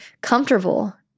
comfortable